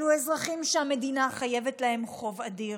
אלו אזרחים שהמדינה חייבת להם חוב אדיר.